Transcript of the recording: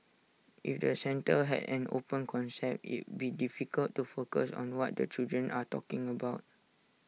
if the centre had an open concept it'd be difficult to focus on what the children are talking about